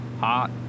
hot